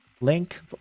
link